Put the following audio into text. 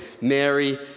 Mary